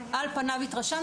על פניו,